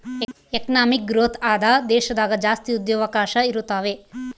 economic growth ಆದ ದೇಶದಾಗ ಜಾಸ್ತಿ ಉದ್ಯೋಗವಕಾಶ ಇರುತಾವೆ